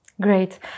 Great